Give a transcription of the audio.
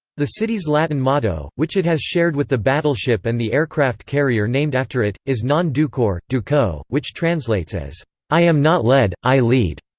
the city's latin motto, which it has shared with the battleship and the aircraft carrier named after it, is non ducor, duco, which translates as i am not led, i lead.